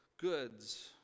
goods